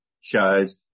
shows